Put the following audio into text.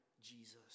Jesus